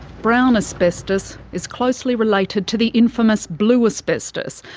brown asbestos is closely related to the infamous blue asbestos,